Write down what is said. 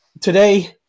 today